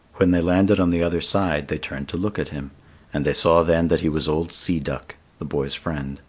when they landed on the other side they turned to look at him and they saw then that he was old sea duck, the boy's friend.